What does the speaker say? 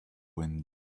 wind